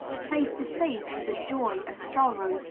face to face with a joy, a sorrow,